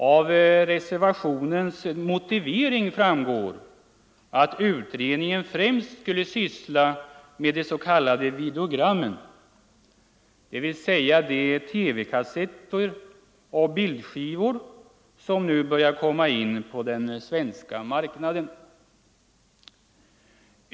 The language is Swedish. Av reservationens motivering framgår att utredningen främst skulle syssla med de s.k. videogrammen, dvs. de TV-kassetter och bildskivor som nu börjar komma in på den svenska marknaden.